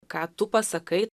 ką tu pasakai